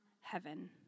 heaven